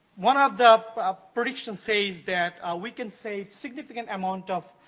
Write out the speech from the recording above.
one of the predictions says that we can save significant amount of